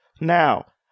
Now